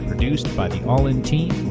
produced by the all in team,